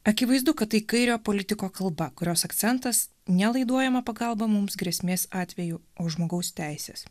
akivaizdu kad kairiojo politiko kalba kurios akcentas ne laiduojama pagalba mums grėsmės atveju o žmogaus teises